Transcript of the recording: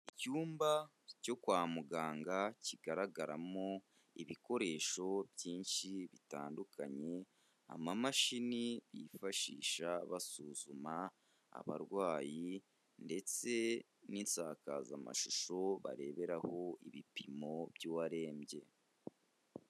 Icyumba cyo kwa muganga kigaragaramo ibikoresho byinshi bitandukanye, amamashini bifashisha basuzuma abarwayi ndetse n'insakazamashusho bareberaho ibipimo by'uwarembye.